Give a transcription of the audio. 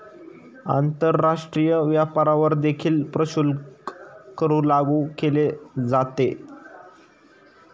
आंतरराष्ट्रीय व्यापारावर देखील प्रशुल्क कर लागू केला जातो